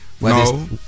No